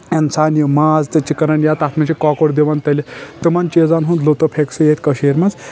انسان یہِ ماز تہٕ چکن انہِ یا تتھ منٛز چھِ کۄکُر دِوان تٔلِتھ تِمن چیٖزن ہُنٛد لُطف ہیٚکہِ سُہ ییٚتہِ کٔشیٖر منٛز